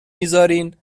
میذارین